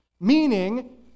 Meaning